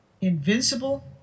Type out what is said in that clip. invincible